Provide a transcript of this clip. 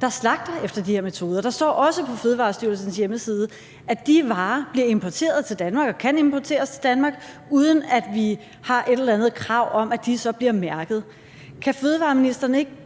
der slagter efter de her metoder. Der står også på Fødevarestyrelsens hjemmeside, at de varer bliver importeret til Danmark og kan importeres til Danmark, uden at vi har et eller andet krav om, at de så bliver mærket. Kan fødevareministeren ikke